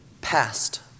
past